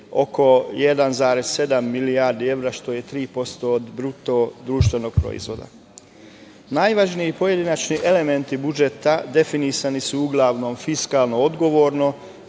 oko 1,7 milijardi evra, što je 3% od bruto društvenog proizvoda. Najvažniji pojedinačni elementi budžeta definisani su uglavnom fiskalno odgovorno